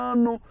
no